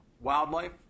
wildlife